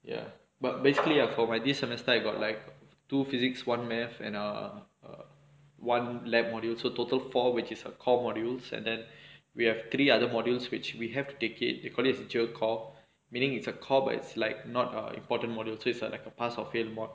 ya but basically I for my this semester I got like two physics one mathematics and err one laboratory module so total four which is a core modules and then we have three other modules which we have to take it they call it call meaning it's a call but it's like not important module so it's like a pass or fail [what]